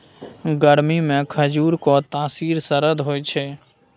गरमीमे खजुरक तासीर सरद होए छै